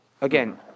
again